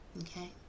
okay